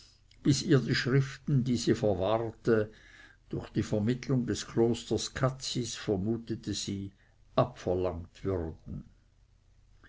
bis ihr die schriften die sie verwahrte durch die vermittelung des klosters cazis vermutete sie abverlangt würden